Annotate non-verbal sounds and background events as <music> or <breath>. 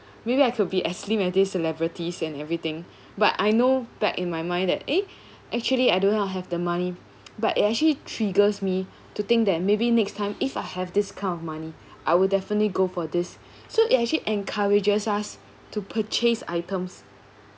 maybe I could be as slim as this celebrities and everything <breath> but I know back in my mind that eh actually I do not have the money <noise> but actually triggers me to think that maybe next time if I have this kind of money I will definitely go for this so it actually encourages us to purchase items